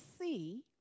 see